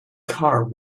car